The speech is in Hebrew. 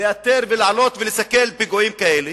לאתר ולעלות ולסכל פיגועים כאלה,